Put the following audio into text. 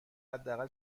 حداقل